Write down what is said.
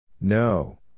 No